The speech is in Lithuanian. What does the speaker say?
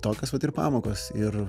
tokios vat ir pamokas ir